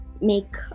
make